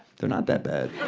they're not that bad.